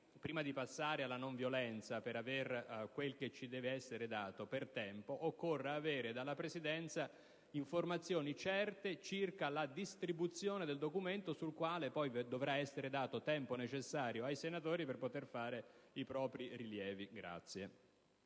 prima di passare alla non violenza per avere quello che ci deve essere dato per tempo, occorra avere dalla Presidenza informazioni certe circa la distribuzione del documento, sul quale dovrà essere dato poi ai senatori il tempo necessario per avanzare i propri rilievi. **Per